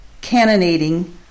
cannonading